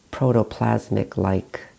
protoplasmic-like